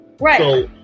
right